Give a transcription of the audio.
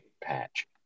patch